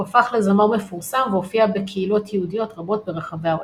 הוא הפך לזמר מפורסם והופיע בקהילות יהודיות רבות ברחבי העולם.